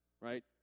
right